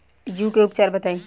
जूं के उपचार बताई?